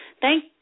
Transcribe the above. Thank